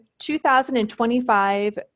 2,025